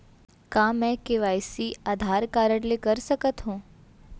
का मैं KYC Aadhaar card से कर सकत हो?